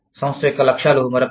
సంస్థ యొక్క లక్ష్యాలు మరొకటి